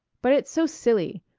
but it's so silly!